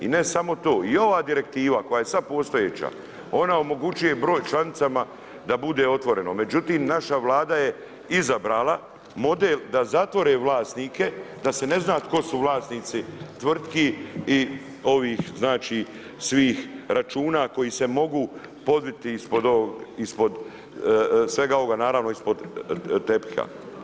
I ne samo to, i ova direktiva koja je sad postojeća, ona omogućuje broj članicama da bude otvoreno, međutim naša Vlada je izabrala model da zatvore vlasnike, da se ne zna tko su vlasnici tvrtki i ovih svih računa koji se mogu podviti ispod svega ovoga, naravno ispod tepiha.